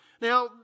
Now